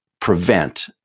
prevent